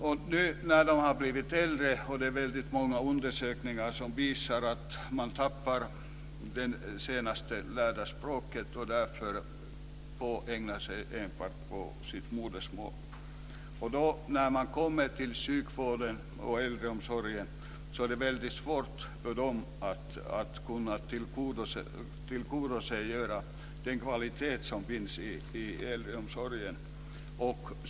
Undersökningar visar att många äldre personer tappar det senast lärda språket och fungerar bara på sitt modersmål. När de kommer till sjukvården och äldreomsorgen har man svårigheter att upprätthålla kvaliteten i deras omvårdnad.